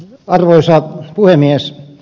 arvoisa puhemies